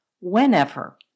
whenever